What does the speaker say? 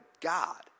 God